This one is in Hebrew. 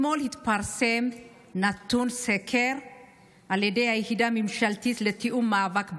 אתמול התפרסם נתון מסקר של היחידה הממשלתית לתיאום המאבק בגזענות.